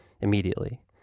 immediately